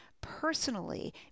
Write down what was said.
personally